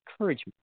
encouragement